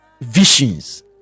visions